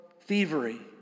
thievery